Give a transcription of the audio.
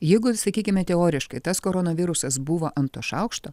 jeigu ir sakykime teoriškai tas koronavirusas buvo ant to šaukšto